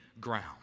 ground